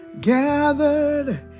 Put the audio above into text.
Gathered